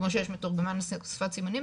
כמו שיש מתורגמן שפת סימנים,